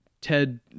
Ted